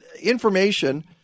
information